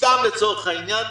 סתם לצורך העניין,